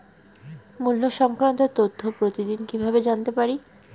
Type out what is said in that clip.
মুল্য সংক্রান্ত তথ্য প্রতিদিন কিভাবে জানতে পারি?